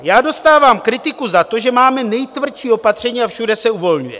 Já dostávám kritiku za to, že máme nejtvrdší opatření, a všude se uvolňuje.